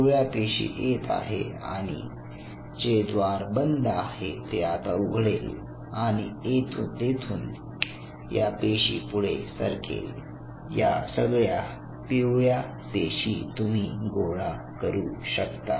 पिवळ्या पेशी येत आहे आणि जे द्वार बंद आहे ते आता उघडेल आणि तेथून या पेशी पुढे सरकेल या सगळ्या पिवळ्या पेशी तुम्ही गोळा करू शकता